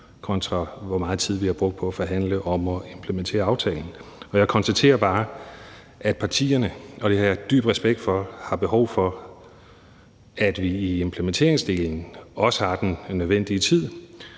kontra hvor meget tid vi har brugt på at forhandle om at implementere aftalen. Og jeg konstaterer bare, at partierne, og det har jeg dyb respekt for, har behov for, at vi i implementeringsdelen også har den nødvendige tid,